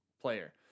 player